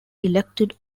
elected